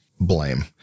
blame